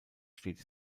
steht